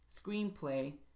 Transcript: screenplay